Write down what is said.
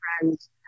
friends